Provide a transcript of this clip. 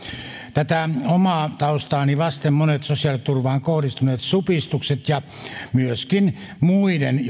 tätä omaa taustaani vasten monet sosiaaliturvaan kohdistuneet supistukset ja myöskin muiden